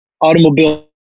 automobile